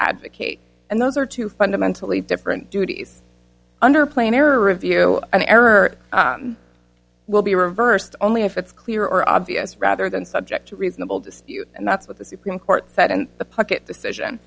advocate and those are two fundamentally different duties under planar review an error will be reversed only if it's clear or obvious rather than subject to reasonable dispute and that's what the supreme court said and the pocket decision